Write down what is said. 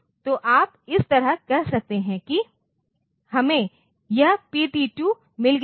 तो आप इस तरह कह सकते हैं कि हमें यह PT2 मिल गया है